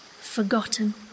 Forgotten